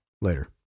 later